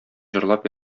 җырлап